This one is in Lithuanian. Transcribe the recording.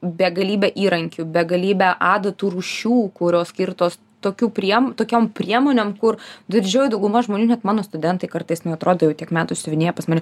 begalybė įrankių begalybė adatų rūšių kurios skirtos tokių priem tokiom priemonėm kur didžioji dauguma žmonių net mano studentai kartais nu atrodo jau tiek metų siuvinėja pas mane